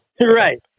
Right